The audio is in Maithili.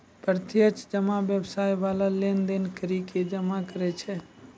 प्रत्यक्ष जमा व्यवसाय बाला लेन देन करि के जमा करै छै